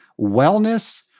wellness